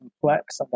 complex